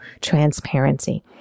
transparency